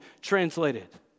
translated